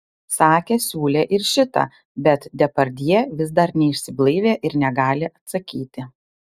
sakė siūlė ir šitą bet depardjė vis dar neišsiblaivė ir negali atsakyti